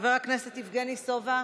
חבר הכנסת יבגני סובה,